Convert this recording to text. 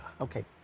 okay